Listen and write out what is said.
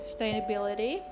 sustainability